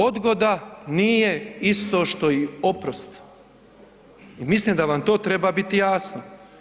Odgoda nije isto što i oprost i mislim da vam to treba biti jasno.